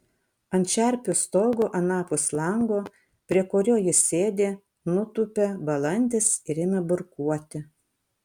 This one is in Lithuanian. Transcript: ant čerpių stogo anapus lango prie kurio ji sėdi nutūpia balandis ir ima burkuoti